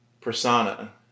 persona